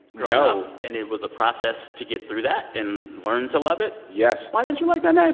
no. and it was a process to get through that and learn to love it yes why didn't you like that name?